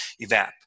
evap